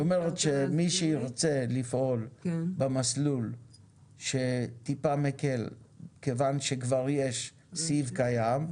היא אומרת שמי שירצה לפעול במסלול שקצת מקל כיוון שיש כבר סיב קיים,